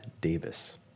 Davis